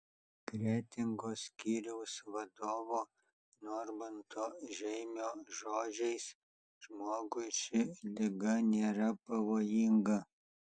kretingos skyriaus vadovo normanto žeimio žodžiais žmogui ši liga nėra pavojinga